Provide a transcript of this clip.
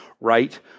right